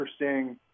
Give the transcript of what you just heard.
interesting